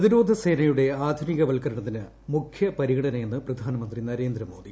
പ്രതിരോധസേനയുടെ ആധുനികവല്കരണത്തിന് മുഖ്യപരിഗണന യെന്ന് പ്രധാനമന്ത്രി നരേന്ദ്ര മോദി